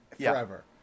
forever